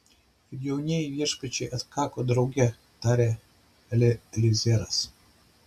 ir jaunieji viešpačiai atkako drauge tarė eliezeras